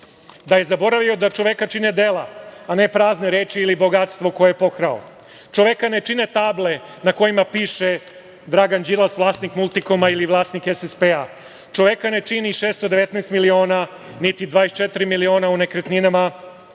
da je zaboravio da čoveka čine dela, a ne prazne reči ili bogatstvo koje je pokrao. Čoveka ne čine table na kojima piše Dragan Đilas vlasnik „Multikoma“ ili vlasnik SSP-a. Čoveka ne čini 619 miliona, niti 24 miliona u nekretninama,